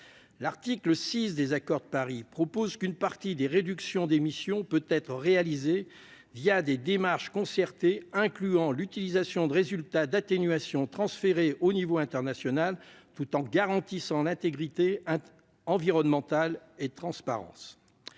L'article 6 de l'accord de Paris prévoit qu'une partie des réductions d'émissions peut être réalisée « des démarches concertées », incluant « l'utilisation de résultats d'atténuation transférés au niveau international », tout en « garantissant l'intégrité environnementale et la transparence